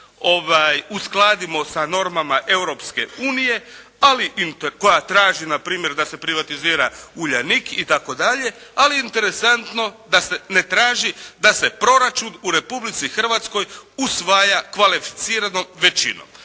uskladimo sa normama Europske unije ali koja traži na primjer da se privatizira Uljanik itd. ali interesantno ne traži da se proračun u Republici Hrvatskoj usvaja kvalificiranom većinom,